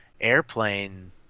airplane